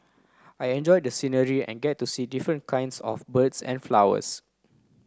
I enjoy the scenery and get to see different kinds of birds and flowers